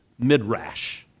midrash